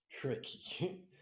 tricky